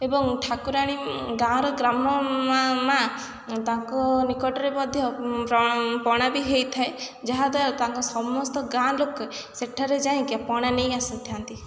ଏବଂ ଠାକୁରାଣୀ ଗାଁର ଗ୍ରାମ ମାଆ ମାଆ ତାଙ୍କ ନିକଟରେ ମଧ୍ୟ ପଣା ବି ହେଇଥାଏ ଯାହାଦ୍ୱାରା ତାଙ୍କ ସମସ୍ତ ଗାଁ ଲୋକେ ସେଠାରେ ଯାଇଁକି ପଣା ନେଇ ଆସିଥାନ୍ତି